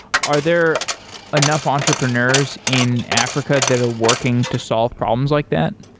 are there enough entrepreneurs in africa that are working to solve problems like that?